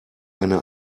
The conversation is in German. eine